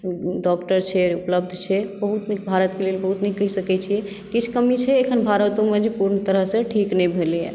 doctor छै उपलब्ध छै बहुत नीक भारतके लेल बहुत नीक कहि सकै छियै किछु कमी छै एखन भारतोमे जे पुर्ण तरह से ठीक नहि भेलैया